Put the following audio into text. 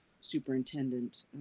superintendent